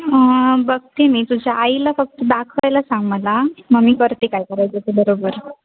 बघते मी तुझ्या आईला फक्त दाखवायला सांग मला मग मी करते काय करायचं ते बरोबर